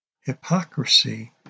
Hypocrisy